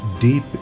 deep